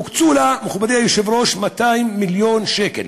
הוקצו לה, מכובדי היושב-ראש, 200 מיליון שקל